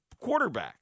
quarterback